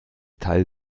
teil